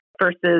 versus